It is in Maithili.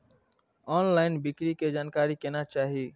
ऑनलईन बिक्री के जानकारी केना चाही?